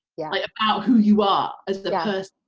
yeah like about who you are as the